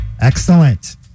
Excellent